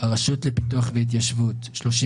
הרשות לפיתוח והתיישבות,